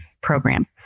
program